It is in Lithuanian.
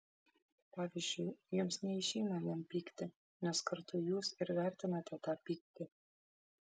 pavyzdžiui jums neišeina vien pykti nes kartu jūs ir vertinate tą pyktį